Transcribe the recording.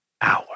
hour